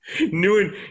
New